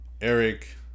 Eric